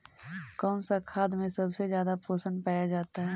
कौन सा खाद मे सबसे ज्यादा पोषण पाया जाता है?